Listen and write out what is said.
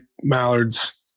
mallards